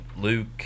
Luke